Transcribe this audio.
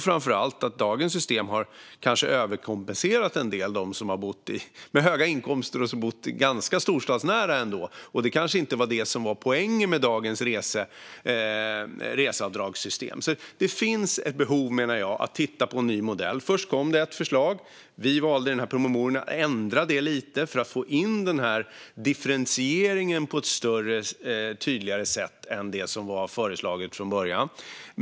Framför allt kan dagens system ha överkompenserat en del av dem med höga inkomster som bor ganska storstadsnära, och det var kanske inte poängen med dagens reseavdragssystem. Jag menar därför att det finns ett behov att titta på en ny modell. Först kom ett förslag. Vi valde i promemorian att ändra detta lite för att få in en större och tydligare differentiering än vad som från början fanns i förslaget.